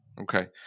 Okay